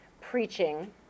preaching